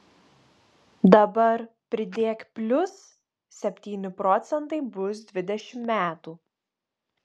dabar pridėk plius septyni procentai bus dvidešimt metų